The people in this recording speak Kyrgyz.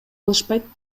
алышпайт